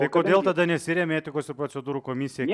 o kodėl tada nesiremia etikos ir procedūrų komisija